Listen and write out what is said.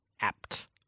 Apt